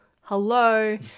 Hello